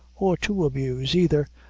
or to abuse, either,